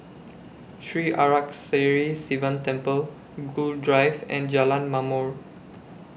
Sri Arasakesari Sivan Temple Gul Drive and Jalan Ma'mor